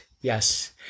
yes